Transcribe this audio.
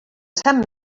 sant